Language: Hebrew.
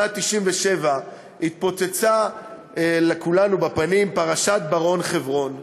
בשנת 1997 התפוצצה לכולנו בפנים פרשת בר-און חברון.